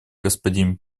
господин